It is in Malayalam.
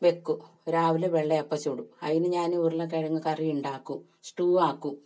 വയ്ക്കും രാവിലെ വെള്ളയപ്പം ചൂടും അതിന് ഞാൻ ഉരുളക്കിഴങ്ങ് കറിയുണ്ടാക്കും സ്റ്റൂ ആക്കും